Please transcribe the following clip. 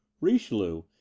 richelieu